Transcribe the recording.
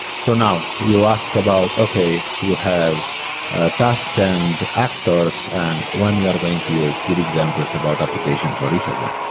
so now you ask about, okay, you have a task and actors and when we ah are going to use. give examples about application for each of them.